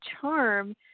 charm